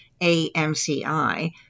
AMCI